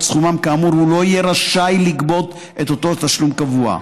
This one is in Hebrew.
סכומם כאמור הוא לא יהיה רשאי לגבות את אותו תשלום קבוע.